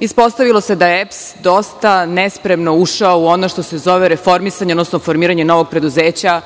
ispostavilo se da je EPS dosta nespremno ušao u ono što se zove reformisanje, odnosno formiranje novog preduzeća